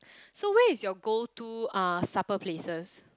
so where is your go to uh supper places